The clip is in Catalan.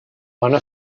menor